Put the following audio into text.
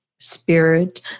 spirit